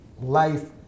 life